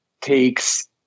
takes